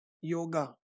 yoga